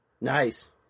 Nice